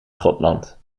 schotland